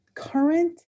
current